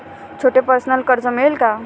छोटे पर्सनल कर्ज मिळेल का?